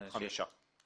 חמישה.